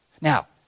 Now